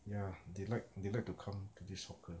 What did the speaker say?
ya they like they like to come to this hawker